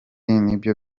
nibyo